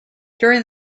during